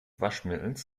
waschmittels